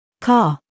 car